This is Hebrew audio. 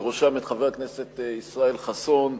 בראשם את חבר הכנסת ישראל חסון.